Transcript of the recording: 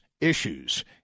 issues